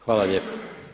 Hvala lijepo.